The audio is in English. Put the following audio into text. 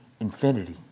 infinity